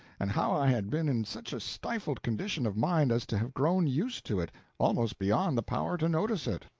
and how i had been in such a stifled condition of mind as to have grown used to it almost beyond the power to notice it.